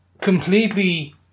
completely